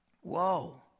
Whoa